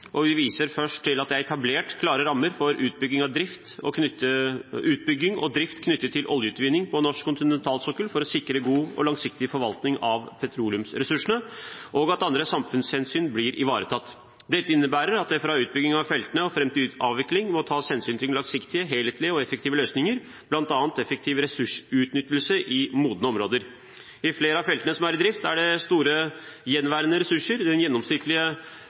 og vi viser først til at det er etablert klare rammer for utbygging og drift knyttet til oljeutvinning på norsk kontinentalsokkel for å sikre god langsiktig forvaltning av petroleumsressursene og at andre samfunnshensyn blir ivaretatt. Dette innebærer at det fra utbygging av feltene og fram til avvikling må tas hensyn til langsiktige, helhetlige og effektive løsninger, bl.a. effektiv ressursutnyttelse i modne områder. I flere av feltene som er i drift, er det store gjenværende ressurser. Den gjennomsnittlige